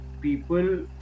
people